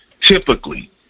typically